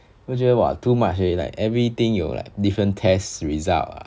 我觉得 !whoa! too much already like everything 有 like different test result ah